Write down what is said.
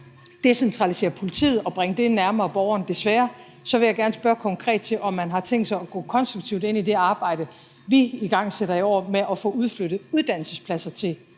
decentralisere politiet og bringe det nærmere borgeren, desværre, vil jeg gerne spørge konkret til, om man har tænkt sig at gå konstruktivt ind i det arbejde, vi igangsætter i år, med at få udflyttet uddannelsespladser til